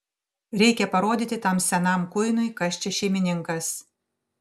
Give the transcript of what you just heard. reikia parodyti tam senam kuinui kas čia šeimininkas